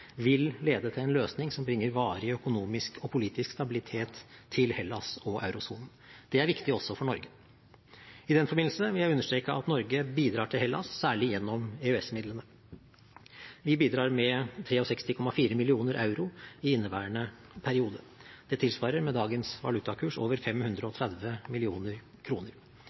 vil lede til en løsning som bringer varig økonomisk og politisk stabilitet til Hellas og eurosonen. Det er viktig også for Norge. I den forbindelse vil jeg understreke at Norge bidrar til Hellas særlig gjennom EØS-midlene. Vi bidrar med 63,4 mill. euro i inneværende periode. Dette tilsvarer med dagens valutakurs over 530